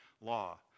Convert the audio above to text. law